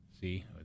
See